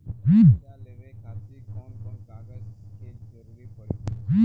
कर्जा लेवे खातिर कौन कौन कागज के जरूरी पड़ी?